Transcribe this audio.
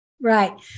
Right